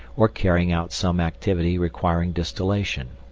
or carrying out some activity requiring distillation.